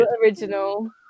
original